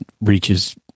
reaches